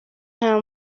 nta